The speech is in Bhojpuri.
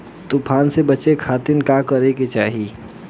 तूफान से बचे खातिर का करे के चाहीं?